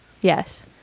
yes